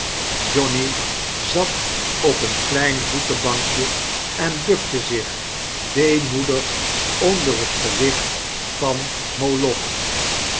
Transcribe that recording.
johnny zat op een klein voetenbankje en bukte zich deemoedig onder het gewicht van moloch